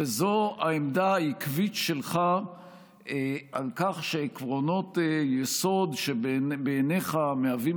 וזו העמדה העקבית שלך על כך שעקרונות יסוד שבעיניך מהווים